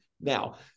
now